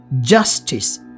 justice